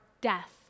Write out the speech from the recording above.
death